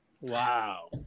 Wow